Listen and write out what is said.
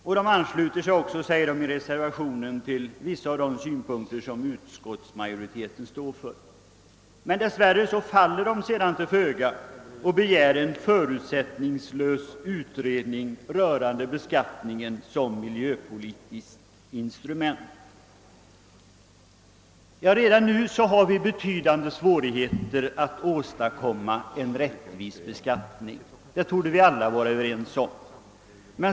Man skriver också i reservationen att man ansluter sig till vissa av de synpunkter som utskottsmajoriteten anfört. Men dess värre faller reservanterna sedan till föga och begär en förutsättningslös utredning rörande beskattningen som miljöpolitiskt instrument. Redan nu har vi betydande svårigheter med att åstadkomma en rättvis beskattning — det torde vi alla vara överens om.